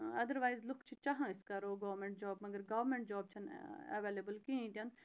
otherwise لُکھ چھِ چاہان أسۍ کَرو گورمٮ۪نٛٹ جاب مگر گورمٮ۪نٛٹ جاب چھَنہٕ اٮ۪وٮ۪لیبٕل کِہیٖنۍ تہِ نہٕ